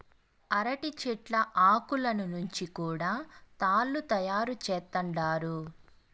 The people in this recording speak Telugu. అరటి చెట్ల ఆకులను నుంచి కూడా తాళ్ళు తయారు చేత్తండారు